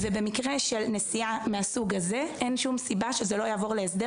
במקרה של נסיעה מהסוג הזה אין סיבה שזה לא יעבור להסדר